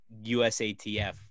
USATF